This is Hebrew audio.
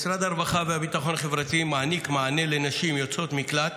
משרד הרווחה והביטחון החברתי מעניק מענה לנשים יוצאות מקלט